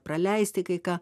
praleisti kai ką